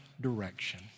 direction